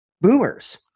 boomers